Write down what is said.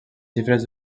xifres